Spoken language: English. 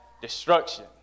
destruction